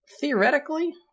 theoretically